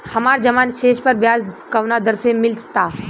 हमार जमा शेष पर ब्याज कवना दर से मिल ता?